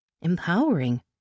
Empowering